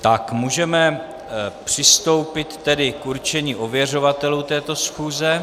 Tak, můžeme přistoupit tedy k určení ověřovatelů této schůze.